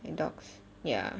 and dogs ya